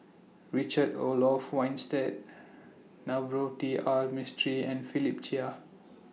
Richard Olaf Winstedt Navroji R Mistri and Philip Chia